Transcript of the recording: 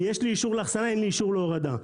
יש לי אישור לאחסנה, אין לי אישור להורדה.